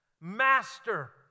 Master